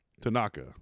Tanaka